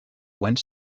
went